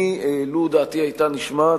אני, לו דעתי היתה נשמעת,